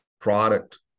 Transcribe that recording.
product